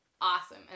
awesome